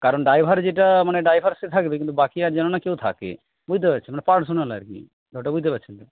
কারণ ড্রাইভার যেটা মানে ড্রাইভার সে থাকবে কিন্তু বাকি আর যেন না কেউ থাকে বুঝতে পারছেন মানে পার্সোনাল আর কি ব্যাপারটা বুঝতে পারছেন তো